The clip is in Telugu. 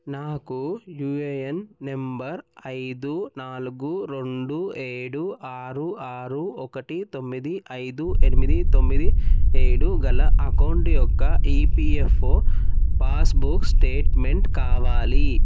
నాకు యూఏఎన్ నంబరు ఐదు నాలుగు రెండు ఏడు ఆరు ఆరు ఒకటి తొమ్మిది ఐదు ఎనిమిది తొమ్మిది ఏడు గల అకౌంట్ యొక్క ఈపిఎఫ్ఓ పాస్బుక్ స్టేట్మెంట్ కావాలి